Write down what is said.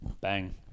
bang